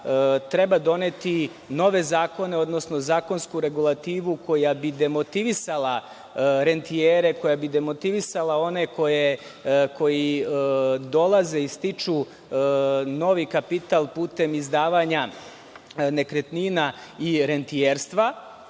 treba doneti nove zakone, odnosno zakonsku regulativu koja bi demotivisala rentijere, koja bi demotivisala one koji dolaze i stiču novi kapital putem izdavanja nekretnina i rentijerstva.